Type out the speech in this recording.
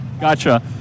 Gotcha